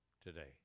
today